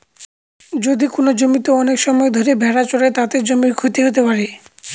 যদি কোনো জমিতে অনেক সময় ধরে ভেড়া চড়ে, তাতে জমির ক্ষতি হতে পারে